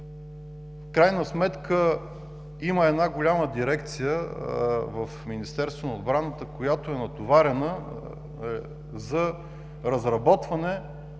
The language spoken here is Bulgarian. в крайна сметка има една голяма дирекция в Министерството на отбраната, която е натоварена за разработване